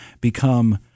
become